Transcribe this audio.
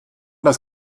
das